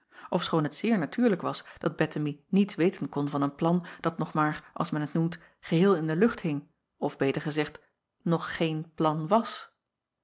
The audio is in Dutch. ofschoon het zeer natuurlijk was dat ettemie niets weten kon van een plan dat nog maar als men t noemt geheel in de lucht hing of beter gezegd nog geen plan was